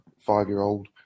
five-year-old